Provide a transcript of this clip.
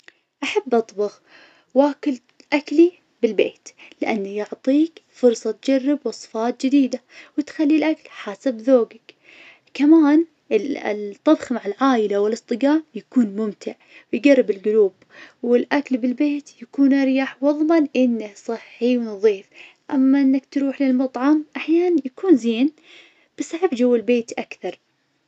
أحب أطبخ واكل أكلي بالبيت, لأن يعطيك فرصة تجرب وصفات جديدة, وتخلي الأكل حسب ذوقك, كمان ال- الطبخ مع العايلة والأصدقاء يكون ممتع يقرب الجلوب, والأكل بالبيت يكون أريح, واضمن إنه صحي ونظيف, أما إنك تروح للمطعم أحياناً يكون زين, بس أحب جوا البيت أكثر.